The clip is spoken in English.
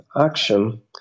Action